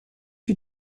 you